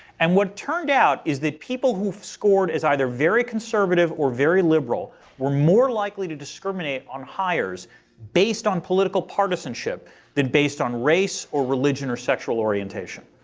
and what turned out is that people who scored as either very conservative or very liberal were more likely to discriminate on hires based on political partisanship than based on race or religion or sexual orientation.